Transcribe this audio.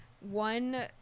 one